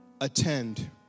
attend